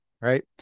right